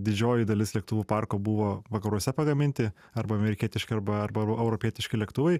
didžioji dalis lėktuvų parko buvo vakaruose pagaminti arba amerikietiški arba arba europietiški lėktuvai